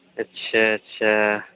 اچھا اچھا